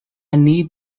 need